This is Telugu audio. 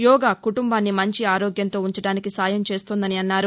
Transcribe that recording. యోగా కుటుంబాన్ని మంచి ఆరోగ్యంతో ఉంచడానికి సాయం చేస్తోందన్నారు